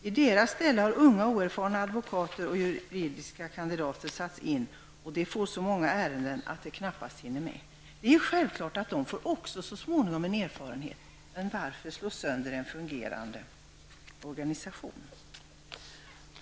I deras ställe har unga, oerfarna advokater och jur.kandidater satts in, och de får så många ärenden att de inte hinner med vart och ett fall. Det är självklart att de också så småningom får erfarenhet, men varför slå sönder en fungerande organisation?